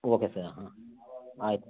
okay sir ಹಾಂ ಆಯ್ತು